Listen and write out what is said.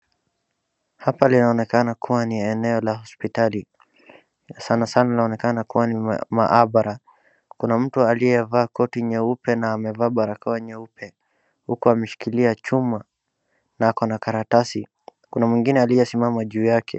Hapa linaonekana kuwa ni eneo la hospitali na sanasana inaonekana kuwa ni maabara. Kuna mtu aliyevaa koti nyeupe na amevaa barakoa nyeupe huku ameshikilia chuma na ako na karatasi kuna mwingine aliyesimama juu yake.